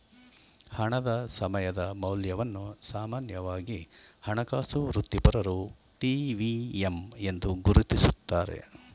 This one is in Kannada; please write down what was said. ಹಣದ ಸಮಯದ ಮೌಲ್ಯವನ್ನು ಸಾಮಾನ್ಯವಾಗಿ ಹಣಕಾಸು ವೃತ್ತಿಪರರು ಟಿ.ವಿ.ಎಮ್ ಎಂದು ಗುರುತಿಸುತ್ತಾರೆ